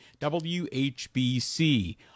whbc